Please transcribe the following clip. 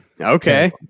Okay